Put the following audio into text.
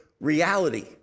reality